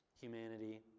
Humanity